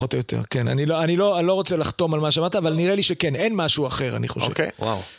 פחות או יותר, כן. אני לא רוצה לחתום על מה שאמרת, אבל נראה לי שכן, אין משהו אחר, אני חושב. אוקיי, וואו.